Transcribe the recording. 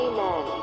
Amen